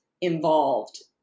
involved